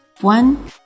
One